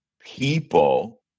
people